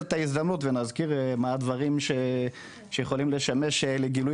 את ההזדמנות ואזכיר מה הדברים שיכולים לשמש לגילוי